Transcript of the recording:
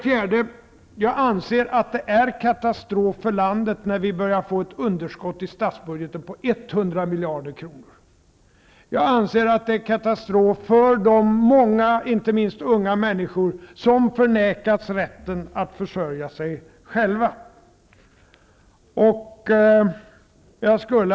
Jag anser att det är katastrof för landet när vi närmar oss ett underskott i statsbudgeten på 100 miljarder kronor. Jag anser att det är katastrof för de många, inte minst unga, människor som förnekats rätten att försörja sig själva.